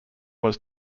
was